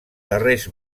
darrers